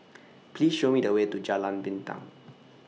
Please Show Me The Way to Jalan Pinang